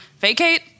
vacate